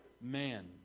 man